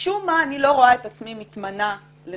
משום מה אני לא רואה את עצמי מתמנה לתפקיד